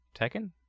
Tekken